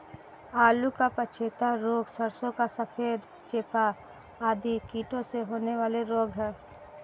आलू का पछेता रोग, सरसों का सफेद चेपा आदि कीटों से होने वाले रोग हैं